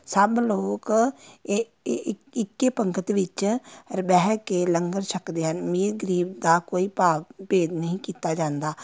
ਸਭ ਲੋਕ ਇੱਕੇ ਪੰਗਤ ਵਿੱਚ ਬਹਿ ਕੇ ਲੰਗਰ ਛੱਕਦੇ ਹਨ ਅਮੀਰ ਗਰੀਬ ਦਾ ਕੋਈ ਭਾਵ ਭੇਦ ਨਹੀਂ ਕੀਤਾ ਜਾਂਦਾ